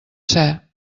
ser